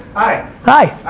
hi. hi.